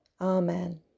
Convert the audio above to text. Amen